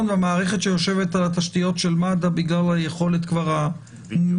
והמערכת שיושבת על התשתיות של מד"א בגלל היכולת המופעלת.